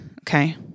okay